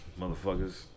Motherfuckers